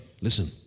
Listen